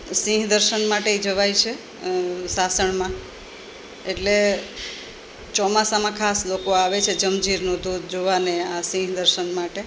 સિંહ દર્શન માટે પણ જવાય છે સાસણમાં એટલે ચોમાસામાં ખાસ લોકો આવે છે ઝમઝીરનો ધોધ જોવાને અને આ સિંહ દર્શન માટે